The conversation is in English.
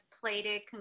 plated